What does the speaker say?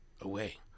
away